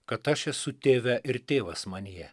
kad aš esu tėve ir tėvas manyje